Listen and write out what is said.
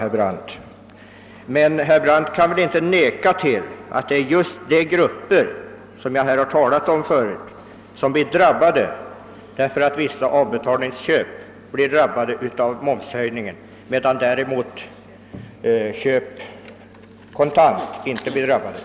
Herr Brandt kan väl inte förneka att det blir just de grupper jag tidigare nämnde som drabbas, eftersom momshöjningen berör vissa avbetalningsköp men däremot inte kontantköp.